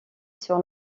sur